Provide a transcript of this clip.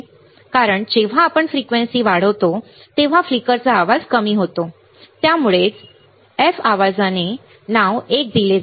बघा कारण जेव्हा आपण फ्रिक्वेन्सी वाढवतो तेव्हा फ्लिकरचा आवाज कमी होतो त्यामुळेच f आवाजाने नाव 1 दिले जाते